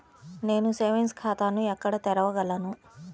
నేను సేవింగ్స్ ఖాతాను ఎక్కడ తెరవగలను?